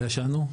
לא ישנו,